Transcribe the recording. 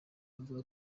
avuga